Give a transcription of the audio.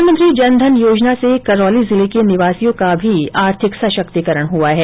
प्रधानमंत्री जन धन योजना से करौली जिले के निवासियों का भी आर्थिक सशक्तिकरण हुआ है